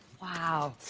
wow.